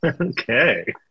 Okay